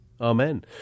Amen